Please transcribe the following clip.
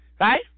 right